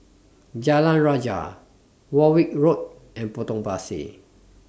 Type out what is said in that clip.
Jalan Rajah Warwick Road and Potong Pasir